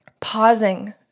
pausing